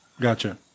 Gotcha